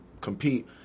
compete